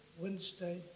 Wednesday